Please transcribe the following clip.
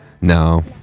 No